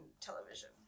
television